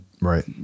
right